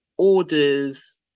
orders